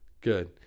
Good